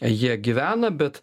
jie gyvena bet